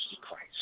Christ